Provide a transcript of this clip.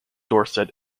dorset